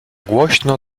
głośno